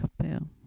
capel